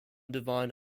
divine